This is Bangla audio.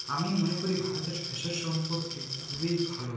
আমি মনে করি ভারতের ফ্যাশান সম্পর্কে খুবই ভালো